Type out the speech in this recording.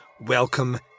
Welcome